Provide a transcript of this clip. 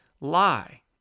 lie